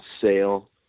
sale